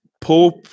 Pope